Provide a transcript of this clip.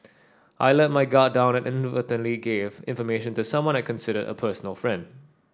I let my guard down and inadvertently gave information to someone I considered a personal friend